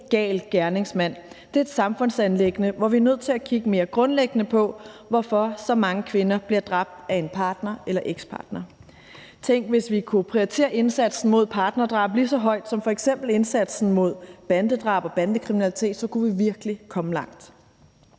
gal gerningsmand, men at det er et samfundsanliggende, hvor vi er nødt til at kigge mere grundlæggende på, hvorfor så mange kvinder bliver dræbt af en partner eller ekspartner. Tænk, hvis vi kunne prioritere indsatsen mod partnerdrab lige så højt som f.eks. indsatsen mod bandedrab og bandekriminalitet, så kunne vi virkelig komme langt.